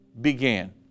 began